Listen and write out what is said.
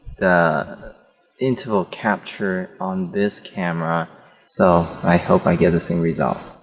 the interval capture on this camera so i hope i get the same result